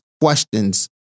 questions